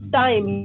time